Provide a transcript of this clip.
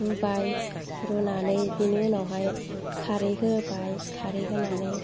रुबाय रुनानै बेनि उनावहाय खारै होबाय खारै होनानै